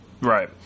right